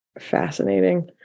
Fascinating